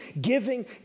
giving